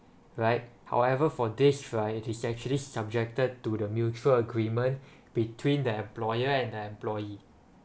right however for this right it is actually subjected to the mutual agreement between the employer and the employee